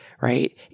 right